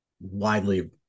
widely